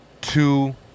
two